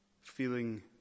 feeling